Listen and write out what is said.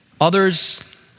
Others